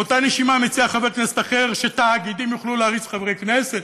באותה נשימה מציע חבר כנסת אחר שתאגידים יוכלו להריץ חברי כנסת,